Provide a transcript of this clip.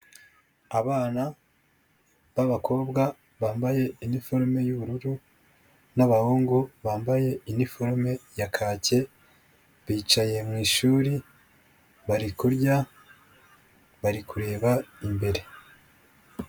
Abana b'abakobwa bambaye iniforume y'ubururu n'abahungu bambaye iniforume ya kake, bicaye mu ishuri bari kurya bari kureba imbere.